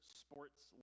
sports